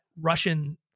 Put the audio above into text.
Russian